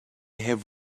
have